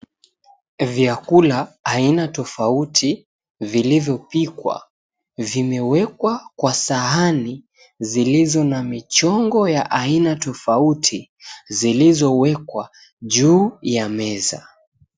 Vyakula aina tofauti vilivyopikwa, vimewekwa kwa sahani zilizo na michongo ya aina tofauti zilizowekwa juu ya meza.